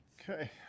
Okay